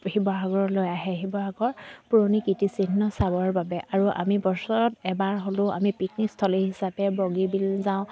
শিৱসাগৰলৈ আহে শিৱসাগৰ পুৰণি কীৰ্তিচিহ্ন চাবৰ বাবে আৰু আমি বছৰত এবাৰ হ'লেও আমি পিকনিক স্থলী হিচাপে বগীবিল যাওঁ